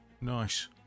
Nice